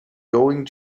going